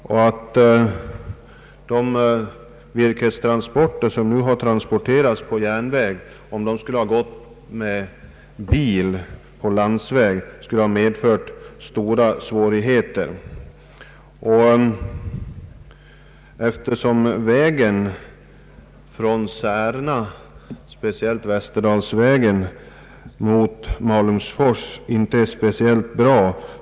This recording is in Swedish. Om det virke som nu har transporterats på järnväg skulle ha gått med bil på landsväg skulle detta ha medfört stora svårigheter. Eftersom vägen från Särna — speciellt Västerdalsvägen mot Malungsfors — inte är speciellt bra.